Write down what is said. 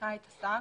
שמסמיכה את השר